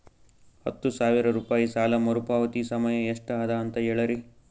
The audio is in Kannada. ಹತ್ತು ಸಾವಿರ ರೂಪಾಯಿ ಸಾಲ ಮರುಪಾವತಿ ಸಮಯ ಎಷ್ಟ ಅದ ಅಂತ ಹೇಳರಿ?